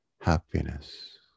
happiness